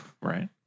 right